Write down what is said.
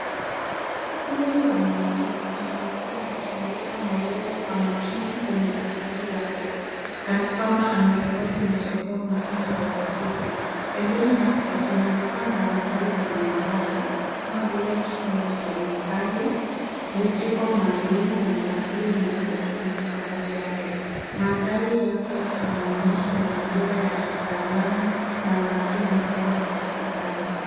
Fundinwa mahabara anaonekana akiandika maelezo kwa makini kwenye daftari lake kana kwamba anarekodi matokeo muhimu ya utafiti, pembeni yake kuna vifaa mbalimbali vya mahabara kama vile chupa za kemikali, vijiko maalum na sampuli zinazotumika kwa kazi yake. Mandhari yake yanaonyesha mazingira ya kitaalamu na umakini mkubwa katika kazi.